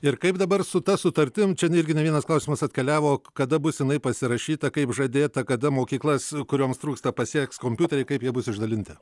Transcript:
ir kaip dabar su ta sutartim čia irgi ne vienas klausimas atkeliavo kada bus jinai pasirašyta kaip žadėta kada mokyklas kurioms trūksta pasieks kompiuteriai kaip jie bus išdalinti